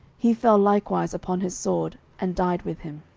he fell likewise upon his sword, and died with him.